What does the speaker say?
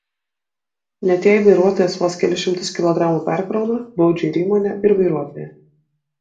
net jei vairuotojas vos kelis šimtus kilogramų perkrauna baudžia ir įmonę ir vairuotoją